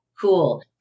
cool